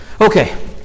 Okay